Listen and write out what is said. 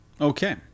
okay